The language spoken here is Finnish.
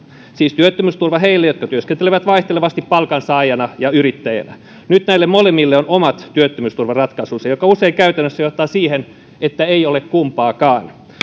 siis työttömyysturva heille jotka työskentelevät vaihtelevasti palkansaajana ja yrittäjänä nyt näille molemmille on omat työttömyysturvaratkaisunsa mikä usein käytännössä johtaa siihen että ei ole kumpaakaan